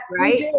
right